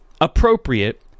appropriate